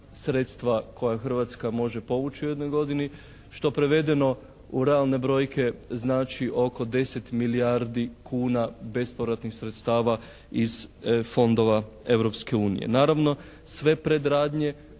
sredstva koja Hrvatska može povući u jednoj godini što prevedeno u realne brojke znači oko 10 milijardi kuna bezpovratnih sredstava iz fondova Europske unije. Naravno sve predradnje